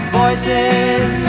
voices